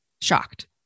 Shocked